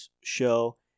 show